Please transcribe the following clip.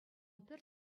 пӗр